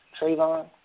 Trayvon